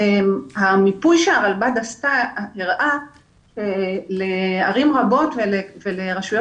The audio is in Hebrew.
המיפוי שהרלב"ד עשתה הראה שלערים רבות ולרשויות